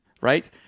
right